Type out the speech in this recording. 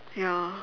ya